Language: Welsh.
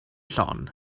llon